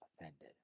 offended